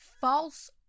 false